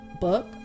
book